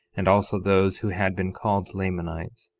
and also those who had been called lamanites,